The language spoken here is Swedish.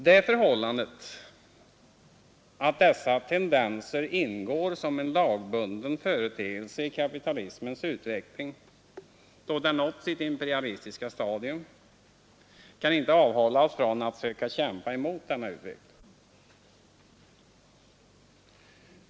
Det förhållandet att dessa tendenser ingår som en lagbunden företeelse i kapitalismens utveckling då den nått sitt imperialistiska stadium kan inte avhålla oss från att söka kämpa emot en sådan utveckling.